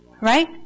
right